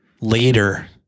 later